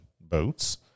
boats